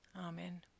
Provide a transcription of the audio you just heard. Amen